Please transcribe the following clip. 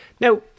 Now